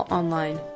online